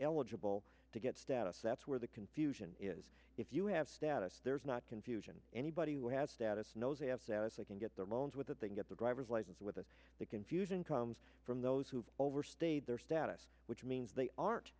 eligible to get status that's where the confusion is if you have status there is not confusion anybody who has status knows they have says they can get their loans with that they get the driver's license without the confusion comes from those who have overstayed their status which means they aren't